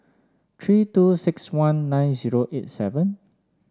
three two six one nine zero eight seven